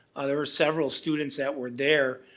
there were several students that were there.